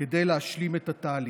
כדי להשלים את התהליך.